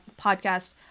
podcast